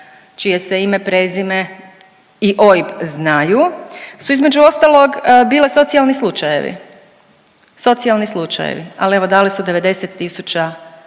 čije se ime, prezime i OIB znaju su između ostalog bile socijalni slučajevi, socijalni slučajevi ali evo dali su 90 000 kuna